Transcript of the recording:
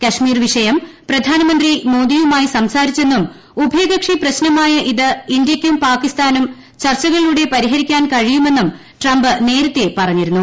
കശ്മീർ വിഷയം പ്രധാനമന്ത്രി മോദിയുമായി സംസാരിച്ചെന്നും ഉഭയകക്ഷി പ്രശ്നമായ ഇത് ഇന്ത്യക്കും പാകിസ്ഥാനും ചർച്ചകളിലൂടെ പരിഹരിക്കാൻ കഴിയുമെന്നും ട്രംപ് നേരത്തെ പറഞ്ഞിരുന്നു